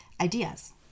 ideas